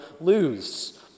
lose